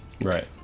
Right